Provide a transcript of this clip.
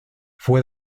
fue